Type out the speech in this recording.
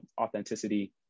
authenticity